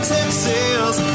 Texas